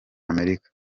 amerika